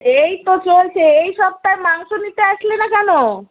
এই তো চলছে এই সপ্তাহে মাংস নিতে আসলে না কেন